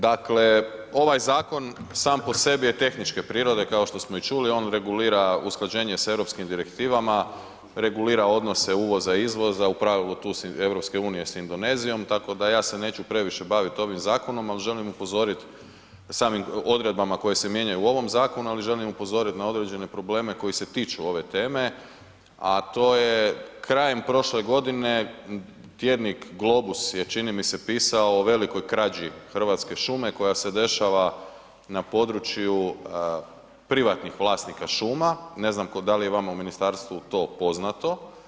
Dakle ovaj zakon sam po sebi je tehničke prirode kao što smo i čuli, on regulira usklađenje sa europskim direktivama, regulira odnose uvoza i izvoza, u pravilu EU-a sa Indonezijom tako da ja se neću previše bavit ovim zakonom ali želim upozorit samim odredbama koje se mijenjaju u ovom zakonu ali želim upozorit na određene probleme koji se tiču ove teme a to je krajem prošle godine, tjednik Globus je čini mi se pisao o velikoj krađi hrvatske šume koja se dešava na području privatnih vlasnika šuma, ne znam da li je vama u ministarstvu to poznato.